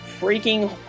freaking